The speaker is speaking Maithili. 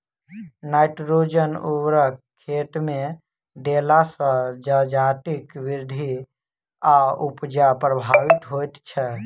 नाइट्रोजन उर्वरक खेतमे देला सॅ जजातिक वृद्धि आ उपजा प्रभावित होइत छै